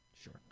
Sure